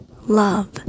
love